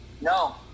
No